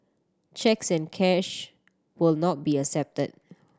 cheques and cash will not be accepted